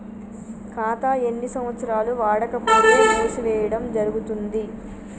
ఖాతా ఎన్ని సంవత్సరాలు వాడకపోతే మూసివేయడం జరుగుతుంది?